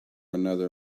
another